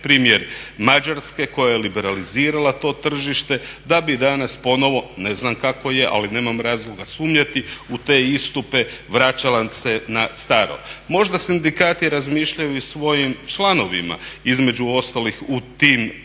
primjer Mađarske koja je liberalizirala to tržište da bi danas ponovo, ne znam kako je, ali nemam razloga sumnjati u te istupe vraćala se na staro. Možda sindikati razmišljaju i o svojim članovima između ostalih u tim asocijacijama